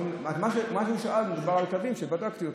מה שהוא שאל, מדובר על קווים שבדקתי.